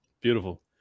Beautiful